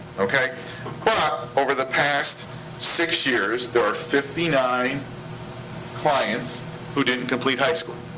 okay? but over the past six years, there are fifty nine clients who didn't complete high school.